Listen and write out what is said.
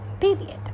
period